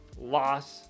loss